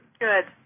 Good